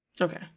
Okay